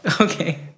Okay